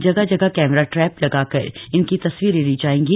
जगह जगह camera trap लगाकर इनकी तस्वीरें ली जाएंगी